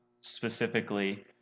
specifically